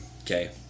Okay